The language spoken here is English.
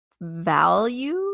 value